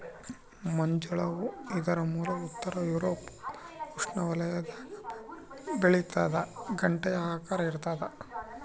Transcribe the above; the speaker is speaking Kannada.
ಮಂಜುಳ ಹೂ ಇದರ ಮೂಲ ಉತ್ತರ ಯೂರೋಪ್ ಉಷ್ಣವಲಯದಾಗ ಬೆಳಿತಾದ ಗಂಟೆಯ ಆಕಾರ ಇರ್ತಾದ